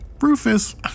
Rufus